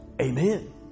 amen